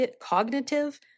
cognitive